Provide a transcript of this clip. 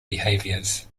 behaviors